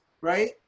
right